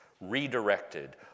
redirected